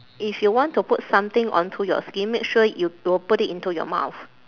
if you want to put something onto your skin make sure you will put it into your mouth